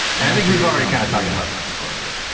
and i think we've already kind of talked about that before but